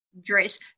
dress